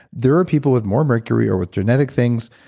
there are people with more mercury, or with genetic things,